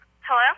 Hello